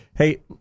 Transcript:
Hey